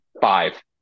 Five